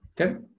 Okay